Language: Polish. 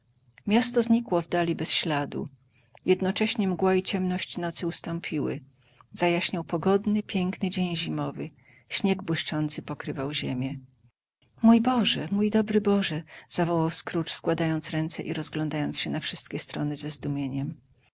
miasto znikło w dali bez śladu jednocześnie mgła i ciemność nocy ustąpiły zajaśniał pogodny piękny dzień zimowy śnieg błyszczący pokrywał ziemię mój boże dobry boże zawołał scrooge składając ręce i rozglądając się na wszystkie strony